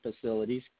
facilities